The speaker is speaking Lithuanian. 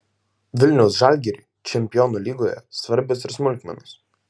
vilniaus žalgiriui čempionų lygoje svarbios ir smulkmenos